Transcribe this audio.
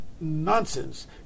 nonsense